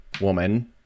woman